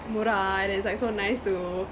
murah and it's like so nice to